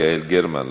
יעל גרמן,